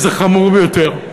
וזה חמור ביותר.